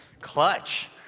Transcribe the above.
clutch